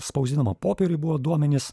spausdinama popieriuj buvo duomenys